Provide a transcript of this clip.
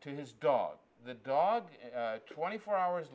to his dog the dog twenty four hours